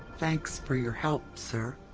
thanks for your help, sir.